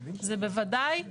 זה בוודאי,